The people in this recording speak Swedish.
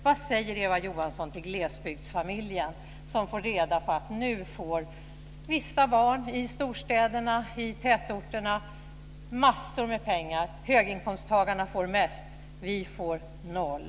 Vad säger Eva Johansson till glesbygdsfamiljer som får reda på att vissa barn i storstäderna och i tätorterna nu får massor med pengar - och höginkomsttagarna får mest - och att de själva får noll?